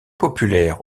populaire